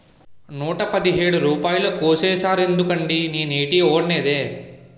నూట పదిహేడు రూపాయలు కోసీసేరెందుకండి నేనేటీ వోడనేదే